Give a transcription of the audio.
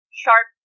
sharp